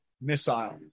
missile